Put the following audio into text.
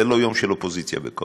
זה לא יום של אופוזיציה וקואליציה: